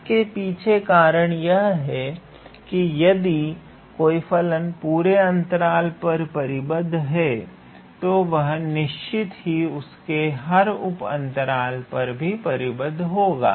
इसके पीछे कारण यह है कि यदि कोई फलन पूरे अंतराल पर परिबद्ध है तो वह निश्चित ही उसके हर उप अंतराल पर भी परिबद्ध होगा